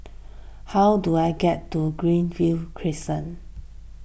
how do I get to Greenview Crescent